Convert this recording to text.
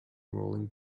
rolling